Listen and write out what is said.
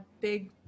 big